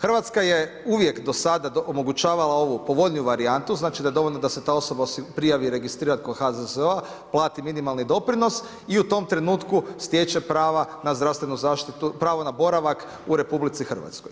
Hrvatska je uvijek do sada omogućavala ovu povoljniju varijantu, znači da je dovoljno da se ta osoba prijavi, registra kod HZZO-a plati minimalni doprinos i u tom trenutku stječe pravo na zdravstvenu zaštitu, pravo na boravak u RH.